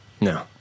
No